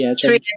three